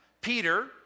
Peter